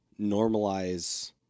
normalize